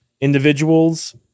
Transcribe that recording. individuals